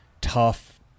tough